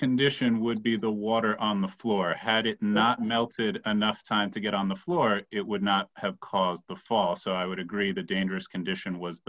condition would be the water on the floor had it not melted anough time to get on the floor it would not have caused the fall so i would agree the dangerous condition was